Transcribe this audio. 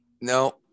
No